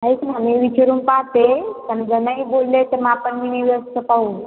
नाहीच ना मी विचारून पाहते पण जर नाही बोलले तर मग आपण मिनी बसचं पाहू